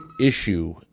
issue